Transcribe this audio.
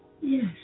Yes